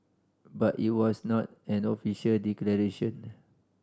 but it was not an official declaration